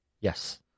Yes